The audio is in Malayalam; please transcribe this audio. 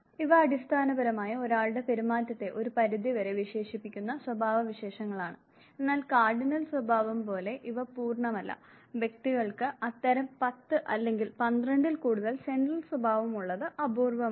ഇവ അടിസ്ഥാനപരമായി ഒരാളുടെ പെരുമാറ്റത്തെ ഒരു പരിധിവരെ വിശേഷിപ്പിക്കുന്ന സ്വഭാവവിശേഷങ്ങളാണ് എന്നാൽ കാർഡിനൽ സ്വഭാവം പോലെ ഇവ പൂർണ്ണമല്ല വ്യക്തികൾക്ക് അത്തരം 10 അല്ലെങ്കിൽ 12 ൽ കൂടുതൽ സെൻട്രൽ സ്വഭാവം ഉള്ളത് അപൂർവമാണ്